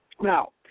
Now